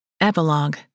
Epilogue